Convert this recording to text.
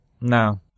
no